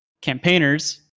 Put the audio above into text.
Campaigners